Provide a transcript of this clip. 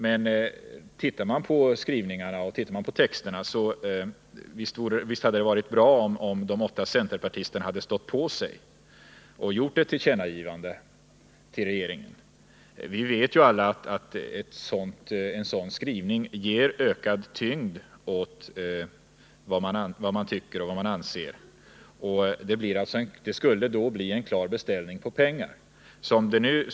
Men tittar man på skrivningarna så måste man konstatera att det hade varit bra om de åtta centerpartisterna hade stått på sig med ett tillkännagivande till regeringen. En sådan skrivning ger ökad tyngd åt vad man anser. Det skulle ha blivit en klar beställning på pengar.